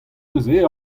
neuze